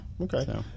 Okay